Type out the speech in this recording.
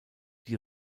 die